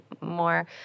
more